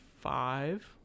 five